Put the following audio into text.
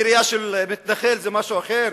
יריקה של מתנחל זה משהו אחר,